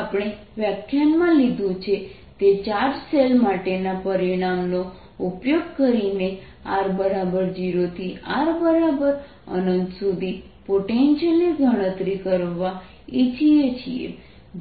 આપણે વ્યાખ્યાનમાં લીધું છે તે ચાર્જ શેલ માટેના પરિણામ નો ઉપયોગ કરીને આપણે r 0 થી r સુધી પોટેન્શિયલની ગણતરી કરવા ઇચ્છીએ છીએ